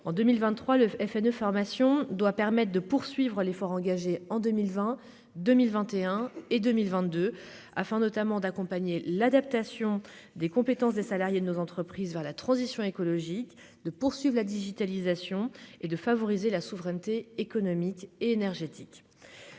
en 2023 le FN formation doit permettre de poursuivre l'effort engagé en 2020, 2021 et 2022 afin notamment d'accompagner l'adaptation des compétences des salariés de nos entreprises vers la transition écologique de poursuivent la digitalisation et de favoriser la souveraineté économique et énergétique